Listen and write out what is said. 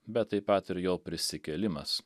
bet taip pat ir jo prisikėlimas